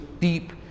deep